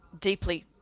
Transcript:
deeply